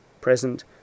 present